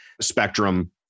spectrum